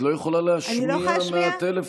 את לא יכולה להשמיע מהטלפון.